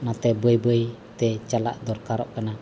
ᱚᱱᱟᱛᱮ ᱵᱟᱹᱭᱼᱵᱟᱹᱭᱛᱮ ᱪᱟᱞᱟᱜ ᱫᱚᱨᱠᱟᱨᱚᱜ ᱠᱟᱱᱟ